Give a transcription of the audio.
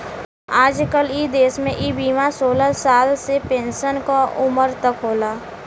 आजकल इ देस में इ बीमा सोलह साल से पेन्सन क उमर तक होला